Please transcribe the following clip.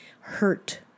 hurt